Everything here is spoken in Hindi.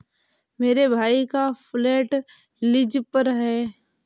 मेरे भाई का फ्लैट लीज पर है